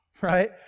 right